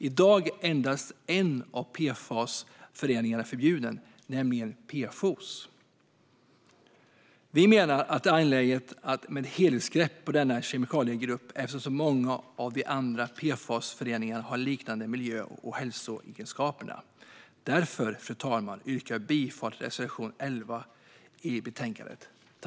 I dag är endast en av PFAS-föreningarna förbjuden, nämligen PFOS. Vi menar att det är angeläget med ett helhetsgrepp när det gäller denna kemikaliegrupp eftersom många av de andra PFAS-föreningarna har liknande miljö och hälsoegenskaper. Därför, fru talman, yrkar jag bifall till reservation 11 i betänkandet.